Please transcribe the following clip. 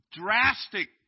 drastic